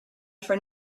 for